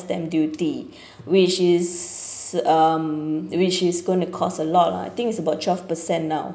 stamp duty which is um which is gonna cost a lot lah I think it's about twelve percent now